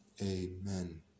Amen